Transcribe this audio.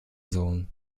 sohn